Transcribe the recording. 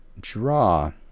draw